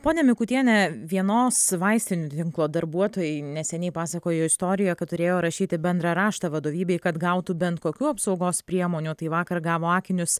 ponia mikutiene vienos vaistinių tinklo darbuotojai neseniai pasakojo istoriją kad turėjo rašyti bendrą raštą vadovybei kad gautų bent kokių apsaugos priemonių tai vakar gavo akinius